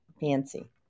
fancy